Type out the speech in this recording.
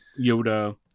Yoda